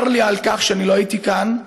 צר לי על כך שלא הייתי כאן.